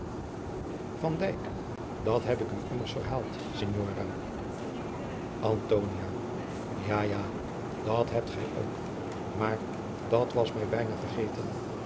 dat heb ik u immers verhaald signora antonia ja ja dat hebt gij ook maar dat was mij bijna vergeten